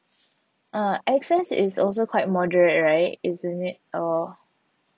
uh X_S is also quite moderate right isn't it or